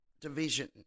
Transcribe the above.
division